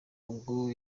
ubwo